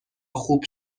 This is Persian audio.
خوب